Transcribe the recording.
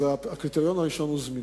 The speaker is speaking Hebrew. אז הקריטריון הראשון הוא זמינות.